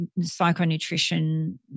psychonutrition